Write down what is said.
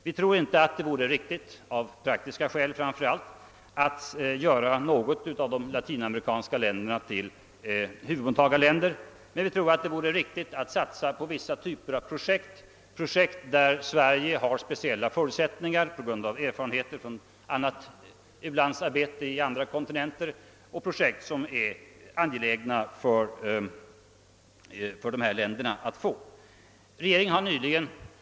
Vi tror inte att det vore riktigt av framför allt praktiska skäl att göra något av de latinamerikanska länderna till huvudmottagarland, men vi anser det riktigt att satsa på vissa typer av projekt där Sverige har speciella förutsättningar att göra en insats genom de erfarenheter vi har från annat u-landsarbete på andra kontinenter, erfarenheter som det är angeläget för dessa länder att få ta del av.